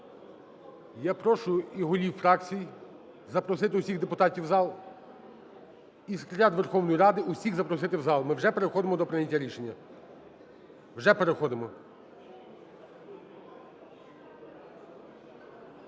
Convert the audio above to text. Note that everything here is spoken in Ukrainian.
Я прошу і голів фракцій, запросити всіх депутатів запросити в зал, і секретаріат Верховної Ради всіх запросити в зал, ми вже переходимо до прийняття рішення, вже переходимо.